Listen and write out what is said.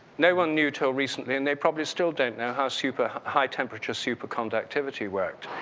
no one knew till recently and they probably still don't know how super high temperature superconductivity worked.